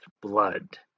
blood